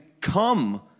come